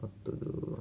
what to do